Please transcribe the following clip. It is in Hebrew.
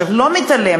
אני לא מתעלמת,